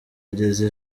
ageza